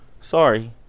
Sorry